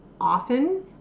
often